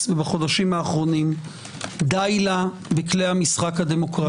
בחודשים האחרונים די לה בכלי המשחק הדמוקרטיים.